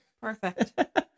Perfect